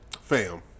fam